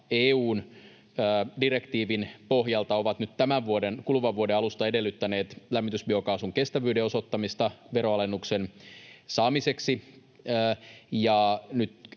EU:n direktiivin pohjalta ovat nyt tämän kuluvan vuoden alusta edellyttäneet lämmitysbiokaasun kestävyyden osoittamista veroalennuksen saamiseksi.